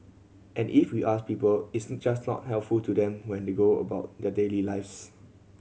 and if we ask people it's just not helpful to them when they go about their daily lives